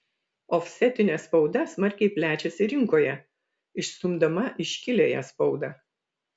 ofsetinė spauda smarkiai plečiasi rinkoje išstumdama iškiliąją spaudą